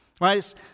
Right